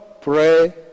pray